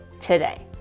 today